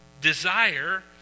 desire